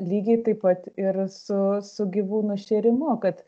lygiai taip pat ir su su gyvūnų šėrimu kad